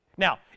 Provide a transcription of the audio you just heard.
Now